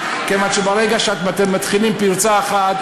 כיוון שברגע שאתם מתחילים פרצה אחת,